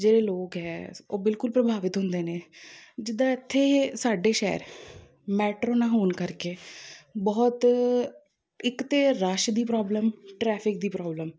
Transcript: ਜਿਹੜੇ ਲੋਕ ਹੈ ਉਹ ਬਿਲਕੁਲ ਪ੍ਰਭਾਵਿਤ ਹੁੰਦੇ ਨੇ ਜਿੱਦਾਂ ਇੱਥੇ ਇਹ ਸਾਡੇ ਸ਼ਹਿਰ ਮੈਟਰੋ ਨਾ ਹੋਣ ਕਰਕੇ ਬਹੁਤ ਇੱਕ ਤਾਂ ਰਸ਼ ਦੀ ਪ੍ਰੋਬਲਮ ਟਰੈਫਿਕ ਦੀ ਪ੍ਰੋਬਲਮ